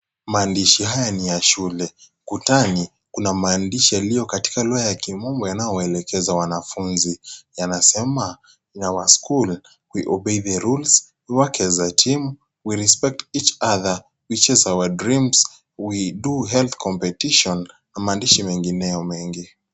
Maandishi haya ni ya shule. Kutani kuna maandishi yaliyo katika lugha ya kimombo yanayoelekeza wanafunzi. Yanasema, In our school, we obey the rules, we work as a team, we respect each other, we chase our dreams, we do healthy competition na maandishi mengineyo mengi.